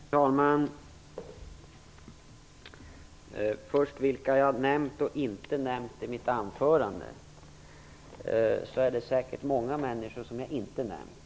Herr talman! Först till detta med vilka jag nämnt och inte nämnt i mitt anförande. Det är säkert många människor som jag inte har nämnt.